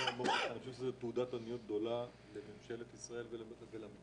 אני חושב שזו תעודת עניות גדולה לממשלת ישראל ולמדינה